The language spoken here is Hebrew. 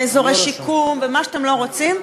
ואזורי שיקום ומה שאתם לא רוצים,